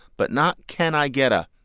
but not can i get a.